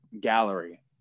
gallery